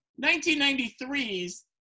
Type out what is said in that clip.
1993's